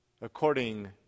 according